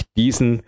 diesen